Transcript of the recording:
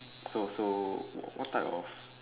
so so what type of